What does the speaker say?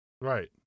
Right